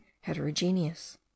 heterogeneous